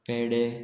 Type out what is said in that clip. पेडे